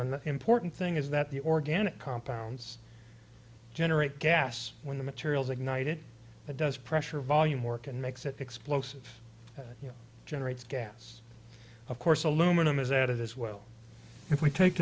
an important thing is that the organic compounds generate gas when the materials ignited it does pressure volume work and makes it explosive generates gas of course aluminum is added as well if we take